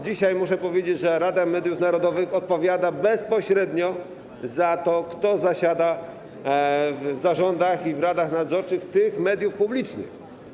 Dzisiaj muszę powiedzieć wprost, że Rada Mediów Narodowych odpowiada bezpośrednio za to, kto zasiada w zarządach i w radach nadzorczych mediów publicznych.